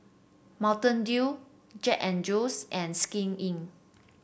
Mountain Dew Jack And Jones and Skin Inc